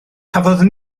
cafodd